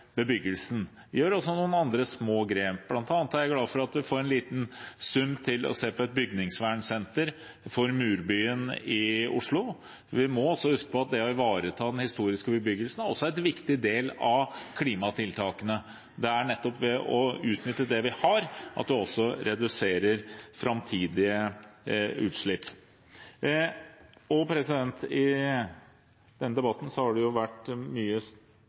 bebyggelsen. Vi gjør noen små grep. Blant annet er jeg glad for at vi får en liten sum til å se på et bygningsvernsenter for murbyen i Oslo. Vi må huske på at det å ivareta den historiske bebyggelsen også er en viktig del av klimatiltakene. Det er nettopp ved å utnytte det vi har, vi reduserer framtidige utslipp. I denne debatten har klimagassutslipp vært